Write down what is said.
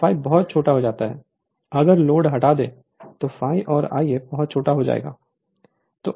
तो ∅ बहुत छोटा हो जाता है अगर लोड हटा दें तो ∅ और Ia बहुत छोटा हो जाएगा